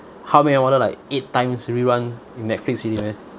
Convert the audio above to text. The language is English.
how I met your mother like eight times rerun in netflix already man